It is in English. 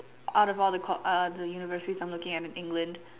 out of the col~ uh the universities I'm looking at in England